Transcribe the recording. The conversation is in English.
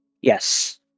Yes